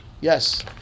yes